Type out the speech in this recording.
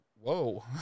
whoa